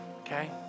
okay